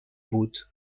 بود